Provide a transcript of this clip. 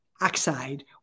oxide